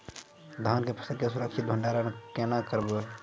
धान के फसल के सुरक्षित भंडारण केना करबै?